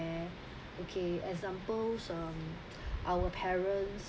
okay examples um our parents